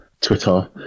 Twitter